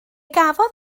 gafodd